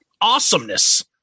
Awesomeness